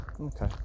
Okay